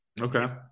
Okay